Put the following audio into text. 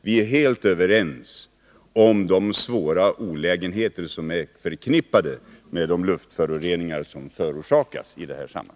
Vi är helt överens om de svåra olägenheter som är förknippade med de luftföroreningar som förorsakas av bilismen.